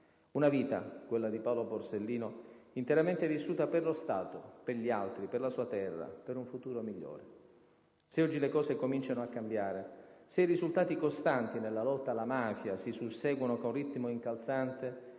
Una vita, quella di Paolo Borsellino, interamente vissuta per lo Stato, per gli altri, per la sua terra, per un futuro migliore. Se oggi le cose cominciano a cambiare, se i risultati costanti nella lotta alla mafia si susseguono con ritmo incalzante,